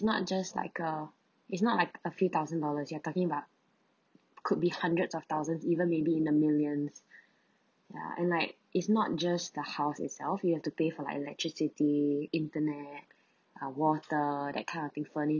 not just like uh is not like a few thousand dollars you are talking about could be hundreds of thousands even maybe in the millions ya and like it's not just the house itself you have to pay for like electricity internet uh water that kind of thing furniture